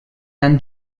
han